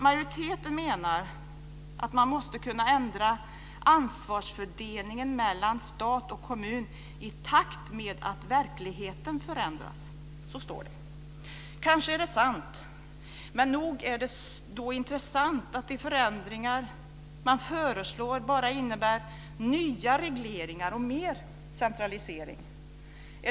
Majoriteten menar att man måste kunna ändra ansvarsfördelningen mellan stat och kommun i takt med att verkligheten förändras. Så står det. Kanske är det sant, men nog är det då intressant att de förändringar man föreslår bara innebär nya regleringar och mer centralisering.